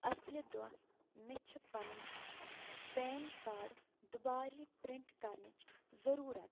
اصلہِ دۄہ مےٚ چھُ پنٕنۍ پین کارڈ دُبارٕ پرٛنٛٹ کرنٕچ ضروٗرت